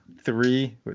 three